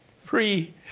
free